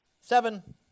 Seven